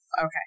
Okay